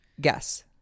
Guess